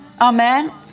Amen